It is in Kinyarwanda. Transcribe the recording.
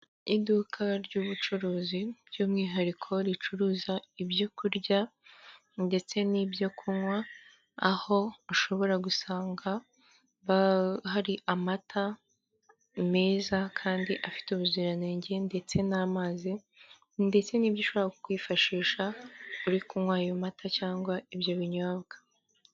Iduka ry'ubucuruzi by'umwihariko ricuruza ibyo kurya ndetse n'ibyo kunywa, aho ushobora gusanga hari amata meza kandi afite ubuziranenge, ndetse n'amazi ndetse n'ibyo ushobora kwifashisha uri kunywa ayo mata cyangwa ibyo binyobwa.